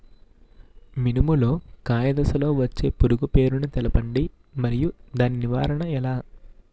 మినుము లో కాయ దశలో వచ్చే పురుగు పేరును తెలపండి? మరియు దాని నివారణ ఎలా?